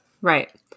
Right